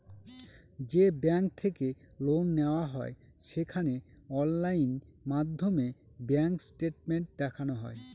যে ব্যাঙ্ক থেকে লোন নেওয়া হয় সেখানে অনলাইন মাধ্যমে ব্যাঙ্ক স্টেটমেন্ট দেখানো হয়